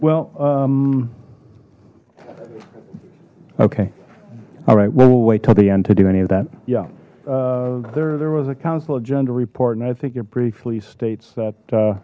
well okay all right well we'll wait till the end to do any of that yeah there there was a council agenda report and i think it briefly states that